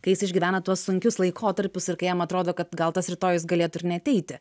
kai jis išgyvena tuos sunkius laikotarpius ir kai jam atrodo kad gal tas rytojus galėtų ir neateiti